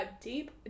deep